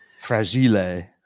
fragile